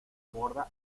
borda